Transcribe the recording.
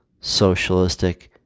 socialistic